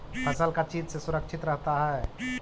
फसल का चीज से सुरक्षित रहता है?